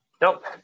Nope